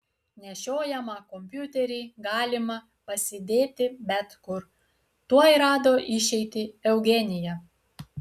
nešiojamą kompiuterį galima pasidėti bet kur tuoj rado išeitį eugenija